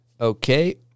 Okay